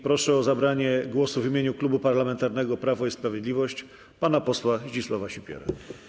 Proszę o zabranie głosu w imieniu Klubu Parlamentarnego Prawo i Sprawiedliwość pana posła Zdzisława Sipierę.